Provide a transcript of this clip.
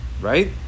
Right